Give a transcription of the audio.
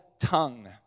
tongue